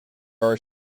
are